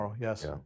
Yes